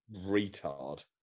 retard